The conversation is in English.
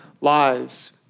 lives